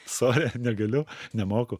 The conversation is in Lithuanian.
sorry negaliu nemoku